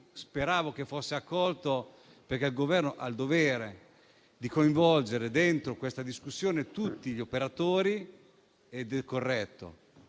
giorno fosse accolto, perché il Governo ha il dovere di coinvolgere all'interno di questa discussione tutti gli operatori. È corretto,